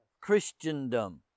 Christendom